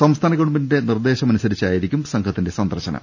സംസ്ഥാന ഗവൺമെന്റിന്റെ ്രനിർദ്ദേശമനു സരിച്ചായിരിക്കും സംഘത്തിന്റെ സന്ദർശനം